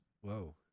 Whoa